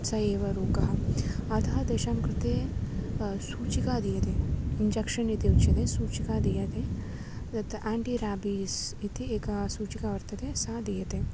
सः एव रोगः अतः तेषां कृते सूचिका दीयते इञ्जक्षन् इति उच्यते सूचिका दीयते तत् याण्टी राबीस् इति एका सूचिका वर्तते सा दीयते